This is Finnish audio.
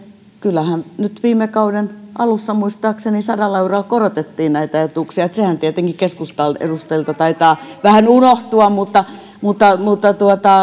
kyllähän nyt viime kauden alussa muistaakseni sadalla eurolla korotettiin näitä etuuksia ja sehän tietenkin keskustan edustajilta taitaa vähän unohtua mutta mutta sallinette